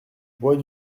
bois